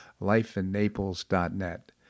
lifeinnaples.net